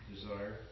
Desire